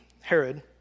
Herod